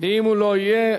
אם הוא לא יהיה,